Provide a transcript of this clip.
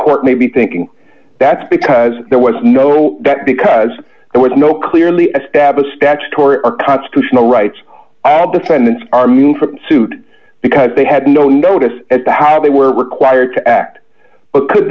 court may be thinking that's because there was no that because there was no clearly established statutory or constitutional rights all defendants are mean for a suit because they had no notice as to how they were required to act or could